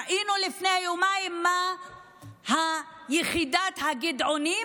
ראינו לפני יומיים מה אמרו על יחידת הגדעונים,